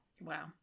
Wow